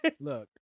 Look